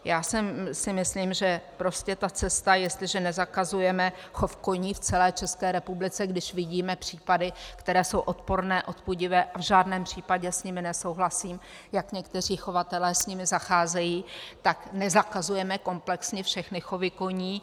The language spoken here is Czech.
Já si myslím, že ta cesta, jestliže nezakazujeme chov koní v celé České republice, když vidíme případy, které jsou odporné, odpudivé, a v žádném případě s nimi nesouhlasím, jak někteří chovatelé s nimi zacházejí, tak nezakazujeme komplexně všechny chovy koní.